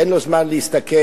ואין לו זמן להסתכל.